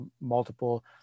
multiple